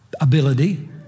ability